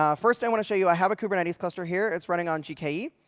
ah first, i want to show you, i have a kubernetes cluster here. it's running on gke.